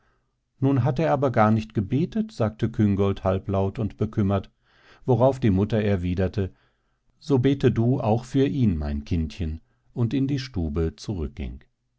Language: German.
nun hat er aber gar nicht gebetet sagte küngolt halblaut und bekümmert worauf die mutter erwiderte so bete du auch für ihn mein kindchen und in die stube zurückging